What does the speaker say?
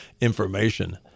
information